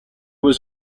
was